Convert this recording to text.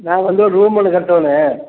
நாங்கள் வந்து ஒரு ரூம் ஒன்று கட்டணும்